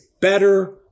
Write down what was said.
better